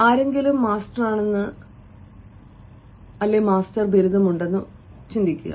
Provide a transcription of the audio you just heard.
ആരെങ്കിലും മാസ്റ്ററാണെന്ന് കരുതുക